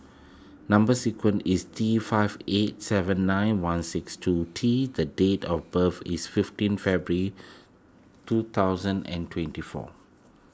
Number Sequence is T five eight seven nine one six two T the date of birth is fifteen February two thousand and twenty four